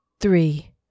three